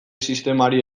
sistemari